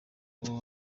ubu